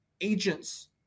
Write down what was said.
agents